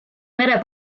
mere